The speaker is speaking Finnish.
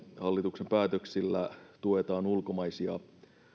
hallituksen päätöksillä tuetaan ulkomaisia